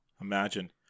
Imagine